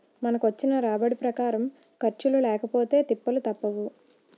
మనకొచ్చిన రాబడి ప్రకారం ఖర్చులు లేకపొతే తిప్పలు తప్పవు